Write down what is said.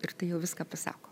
ir tai jau viską pasako